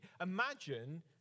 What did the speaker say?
Imagine